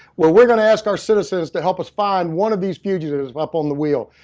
well we're going to ask our citizens to help us find one of these fugitives up on the wheel.